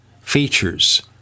features